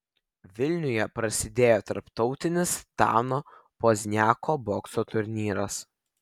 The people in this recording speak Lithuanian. vilniuje prasidėjo tarptautinis dano pozniako bokso turnyras